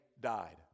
died